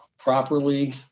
properly